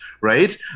right